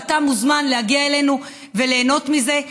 ואתה מוזמן להגיע אלינו וליהנות מזה.